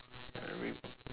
uh reebok